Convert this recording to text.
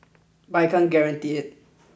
but I can't guarantee it